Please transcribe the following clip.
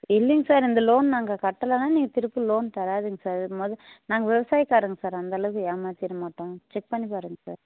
இல்லைங்க சார் இந்த லோன் நாங்கள் கட்டலைனா நீங்கள் திருப்பி லோன் தராதீங்க சார் மொத நாங்கள் விவசாயக்காரவங்க சார் அந்தளவுக்கு ஏமாத்திர மாட்டோம் செக் பண்ணி பாருங்க சார்